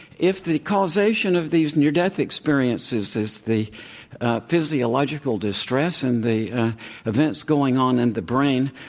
if the causation of these near-death experiences is the physiological distress and the events going on in the brain,